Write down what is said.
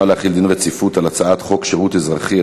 להחיל דין רציפות על הצעת חוק שירות אזרחי,